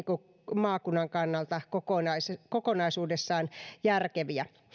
maakunnan kannalta kokonaisuudessaan järkeviä